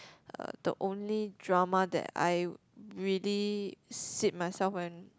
uh the only drama that I really sit myself and